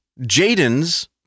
Jaden's